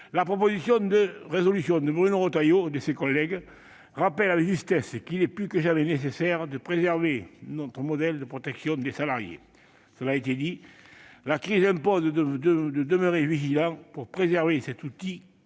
La proposition de résolution de Bruno Retailleau et de ses collègues rappelle avec justesse qu'il est plus que jamais nécessaire de préserver notre modèle de protection des salariés. J'y insiste, la crise nous impose de demeurer vigilants pour protéger cet outil,